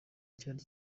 cyari